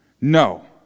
No